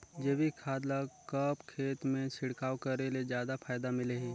जैविक खाद ल कब खेत मे छिड़काव करे ले जादा फायदा मिलही?